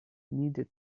needed